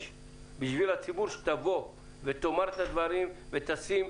בשביל הציבור שתבוא ותאמר את הדברים ותשים,